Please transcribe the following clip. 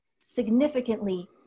significantly